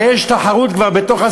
הרי יש תחרות כבר בסיעות,